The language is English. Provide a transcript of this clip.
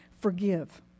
forgive